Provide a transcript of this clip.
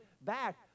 back